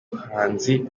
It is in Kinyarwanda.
bahanzi